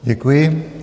Děkuji.